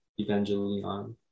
evangelion